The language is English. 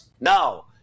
No